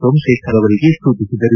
ಸೋಮಶೇಖರ್ ಅವರಿಗೆ ಸೂಚಿಸಿದರು